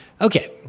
Okay